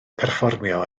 perfformio